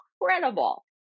incredible